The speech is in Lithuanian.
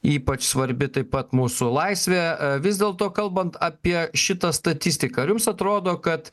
ypač svarbi taip pat mūsų laisvė e vis dėlto kalbant apie šitą statistiką ar jums atrodo kad